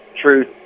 truth